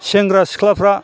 सेंग्रा सिख्लाफ्रा